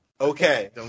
Okay